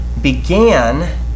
began